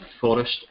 Forest